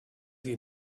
sie